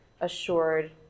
assured